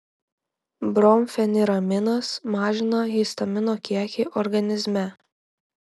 bromfeniraminas mažina histamino kiekį organizme